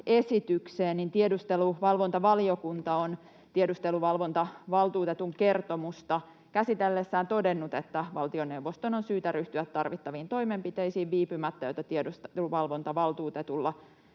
tiedusteluvalvontavaliokunta on tiedusteluvalvontavaltuutetun kertomusta käsitellessään todennut, että valtioneuvoston on syytä ryhtyä tarvittaviin toimenpiteisiin viipymättä, jotta tiedusteluvalvontavaltuutetulla